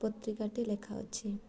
ପତ୍ରିକାଟି ଲେଖା ଅଛି